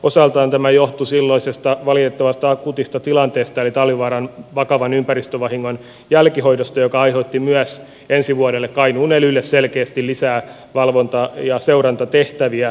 osaltaan tämä johtui silloisesta valitettavasta akuutista tilanteesta eli talvivaaran vakavan ympäristövahingon jälkihoidosta joka aiheutti ensi vuodelle myös kainuun elylle selkeästi lisää valvonta ja seurantatehtäviä